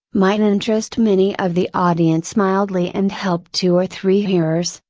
might interest many of the audience mildly and help two or three hearers,